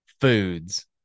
foods